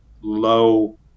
low